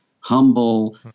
humble